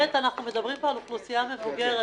שנית, מדברים פה על אוכלוסייה מבוגרת.